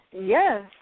Yes